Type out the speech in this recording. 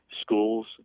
schools